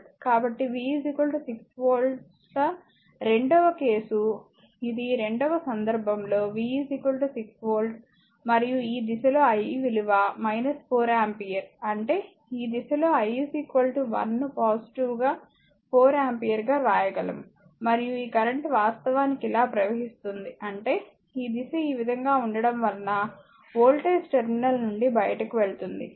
కాబట్టి V 6 వోల్ట్ల రెండవ కేసు ఇది రెండవ సందర్భంలో V 6 వోల్ట్ మరియు ఈ దిశలో I విలువ 4 ఆంపియర్ అంటే ఈ దిశ లో I I ను పాజిటివ్ 4 ఆంపియర్గా వ్రాయగలము మరియు ఈ కరెంట్ వాస్తవానికి ఇలా ప్రవహిస్తోంది అంటేఈ దిశ ఈ విధంగా ఉండడం వలన వోల్టేజ్ టెర్మినల్ నుండి బయటకు వెళుతుంది